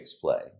play